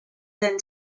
than